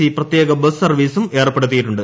C പ്രത്യേക bus സർവീസും ഏർപ്പെടുത്തിയിട്ടുണ്ട്